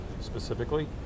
specifically